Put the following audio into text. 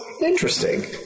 Interesting